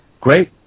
Great